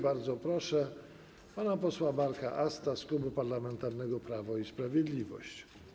Bardzo proszę pana posła Marka Asta z Klubu Parlamentarnego Prawo i Sprawiedliwość.